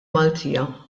maltija